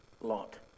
lot